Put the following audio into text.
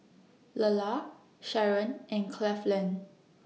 Lelar Sharron and Cleveland